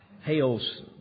hails